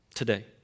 Today